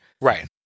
Right